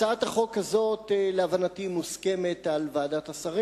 הצעת החוק הזאת, להבנתי, מוסכמת על ועדת השרים.